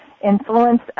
influence